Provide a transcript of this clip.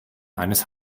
eines